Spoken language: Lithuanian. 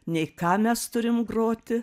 nei ką mes turim groti